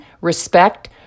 respect